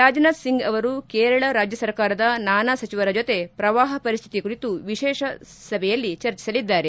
ರಾಜ್ನಾಥ್ ಸಿಂಗ್ ಅವರು ಕೇರಳ ರಾಜ್ಯ ಸರ್ಕಾರದ ನಾನಾ ಸಚಿವರ ಜೊತೆ ಪ್ರವಾಹ ಪರಿಸ್ಹಿತಿ ಕುರಿತು ವಿಶೇಷ ಸಭೆಯಲ್ಲಿ ಚರ್ಚಿಸಲಿದ್ದಾರೆ